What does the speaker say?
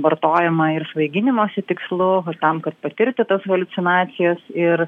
vartojama ir svaiginimosi tikslu tam kad patirti tas haliucinacijas ir